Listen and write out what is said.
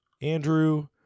Andrew